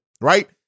right